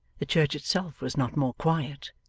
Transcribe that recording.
the church itself was not more quiet.